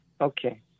Okay